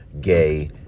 gay